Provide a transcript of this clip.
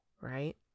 right